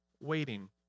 waiting